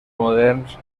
moderns